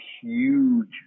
huge